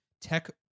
tech